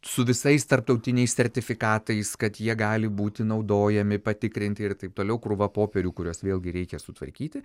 su visais tarptautiniais sertifikatais kad jie gali būti naudojami patikrinti ir taip toliau krūva popierių kuriuos vėlgi reikia sutvarkyti